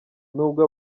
nubwo